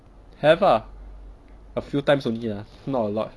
have ah a few times only lah not a lot